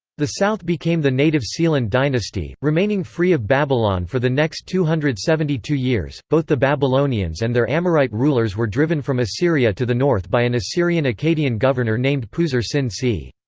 the south became the native sealand dynasty, remaining free of babylon for the next two hundred and seventy two years both the babylonians and their amorite rulers were driven from assyria to the north by an assyrian-akkadian governor named puzur-sin c.